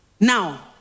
Now